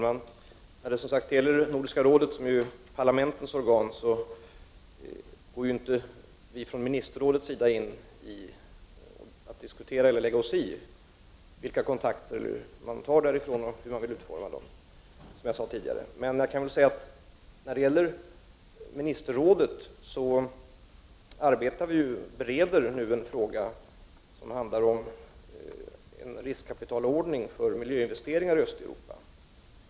Herr talman! När det gäller Nordiska rådet, som är parlamentens organ, så går som sagt inte vi från Ministerrådet in för att diskutera eller lägga oss i dess arbete, vilka kontakter Nordiska rådet tar eller hur man vill utforma dessa kontakter. I Ministerrådet bereder vi nu en fråga som handlar om en riskkapitalordning för miljöinvesteringar i Östeuropa.